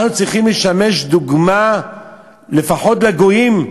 אנחנו צריכים לשמש דוגמה לפחות לגויים,